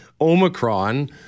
Omicron